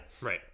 Right